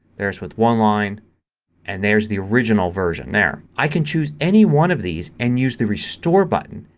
there's with one line and there's the original version there. i can choose any one of these and use the restore button.